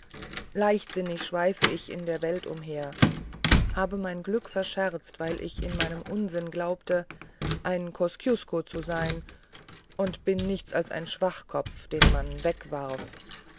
leichtsinnig schweife ich in der welt umher habe mein glück verscherzt weil ich in meinem unsinn glaubte ein kosciusko zu sein und bin nichts als ein schwachkopf den man wegwarft